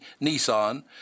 Nissan